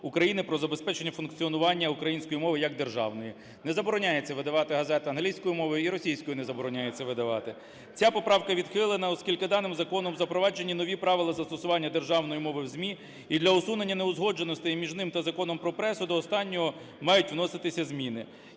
України "Про забезпечення функціонування української мови як державної. Не забороняється видавати газети англійською мовою і російською не забороняється видавати. Ця поправка відхилена, оскільки даним законом запроваджені нові правила застосування державної мови в ЗМІ і для усунення неузгодженостей між та Законом про пресу до останнього мають вноситися зміни.